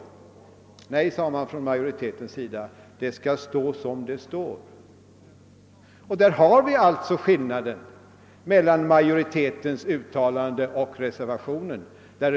Nej, menade majoriteten, det skall stå som det står. Här har vi alltså skillnaden mellan majoritetens uttalande och reservanternas.